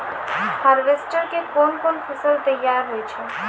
Harvester के कोन कोन फसल तैयार होय छै?